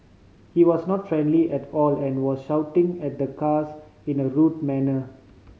he was not friendly at all and was shouting at the cars in a rude manner